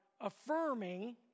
affirming